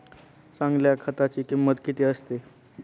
चांगल्या खताची किंमत किती असते?